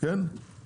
מה